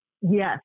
Yes